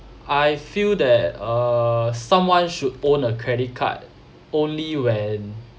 I feel that err someone should own a credit card only when